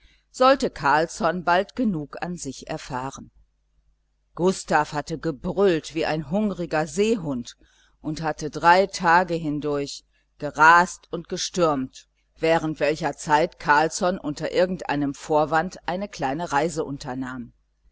sollte carlsson bald genug an sich erfahren gustav hatte gebrüllt wie ein hungriger seehund und hatte drei tage hindurch gerast und gestürmt während welcher zeit carlsson unter irgendeinem vorwand eine kleine reise unternahm